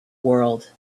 world